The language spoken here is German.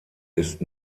ist